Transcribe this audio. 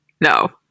No